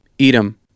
Edom